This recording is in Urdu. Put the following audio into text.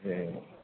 جی